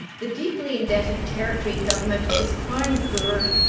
the deeply indebted territory government is crying poor,